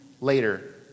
later